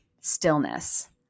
Stillness